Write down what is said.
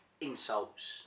Insults